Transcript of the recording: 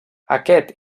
aquest